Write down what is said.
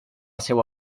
seua